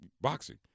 boxing